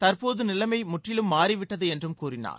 தற்போது நிலைமை முற்றிலும் மாறி விட்டது என்றும் கூறினார்